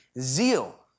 zeal